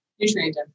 Nutrient